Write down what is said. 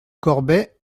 corbet